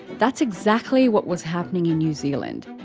that's exactly what was happening in new zealand.